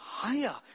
higher